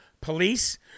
police